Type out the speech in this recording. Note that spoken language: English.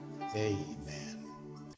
Amen